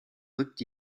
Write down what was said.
rückt